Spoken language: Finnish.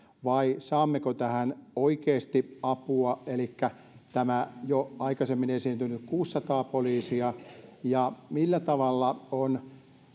vai saammeko tähän oikeasti apua elikkä tämän jo aikaisemmin esiintyneen kuusisataa poliisia ja millä tavalla on